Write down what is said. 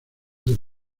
del